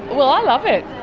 well, i love it.